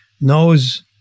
knows